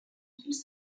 qu’ils